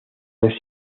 los